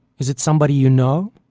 is it somebody you know?